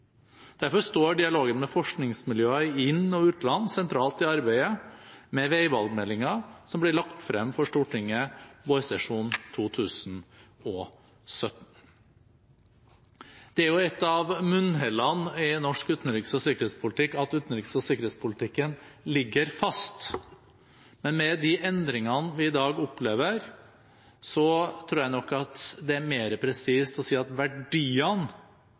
Derfor står dialogen med forskningsmiljøer i inn- og utland sentralt i arbeidet med veivalgmeldingen som blir lagt frem for Stortinget vårsesjonen 2017. Det er jo et av munnhellene i norsk utenriks- og sikkerhetspolitikk at utenriks- og sikkerhetspolitikken ligger fast, men med de endringene vi i dag opplever, tror jeg nok det er mer presist å si at verdiene